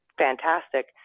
Fantastic